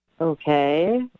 Okay